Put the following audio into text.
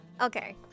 Okay